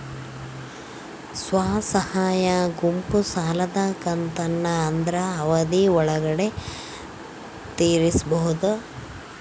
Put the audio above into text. ಸ್ವಸಹಾಯ ಗುಂಪು ಸಾಲದ ಕಂತನ್ನ ಆದ್ರ ಅವಧಿ ಒಳ್ಗಡೆ ತೇರಿಸಬೋದ?